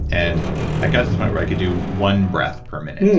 and i got to the point where i could do one breath per minute,